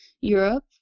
europe